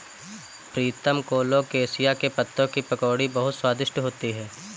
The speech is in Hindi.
प्रीतम कोलोकेशिया के पत्तों की पकौड़ी बहुत स्वादिष्ट होती है